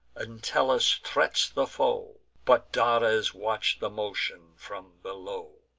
entellus threats the foe but dares watch'd the motion from below,